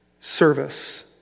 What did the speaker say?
service